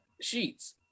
sheets